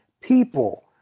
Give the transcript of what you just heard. people